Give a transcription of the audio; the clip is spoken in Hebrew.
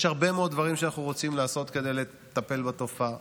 יש הרבה מאוד דברים שאנחנו רוצים לעשות כדי לטפל בתופעה: